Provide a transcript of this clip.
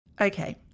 Okay